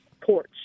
porch